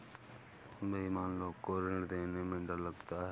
बेईमान लोग को ऋण देने में डर लगता है